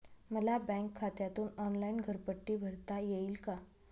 मला बँक खात्यातून ऑनलाइन घरपट्टी भरता येईल का?